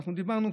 ואנחנו דיברנו,